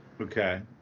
Okay